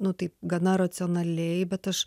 nu taip gana racionaliai bet aš